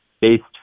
based